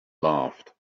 laughed